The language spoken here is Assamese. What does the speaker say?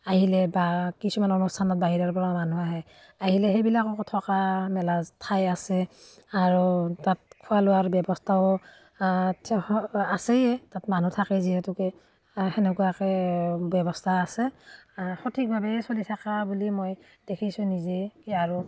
আহিলে বা কিছুমান অনুষ্ঠানত বাহিৰৰপৰা মানুহ আহে আহিলে সেইবিলাককো থকা মেলা ঠাই আছে আৰু তাত খোৱা লোৱাৰ ব্যৱস্থাও আছেইয়ে তাত মানুহ থাকে যিহেতুকে সেনেকুৱাকৈ ব্যৱস্থা আছে সঠিকভাৱেই চলি থকা বুলি মই দেখিছোঁ নিজে কি আৰু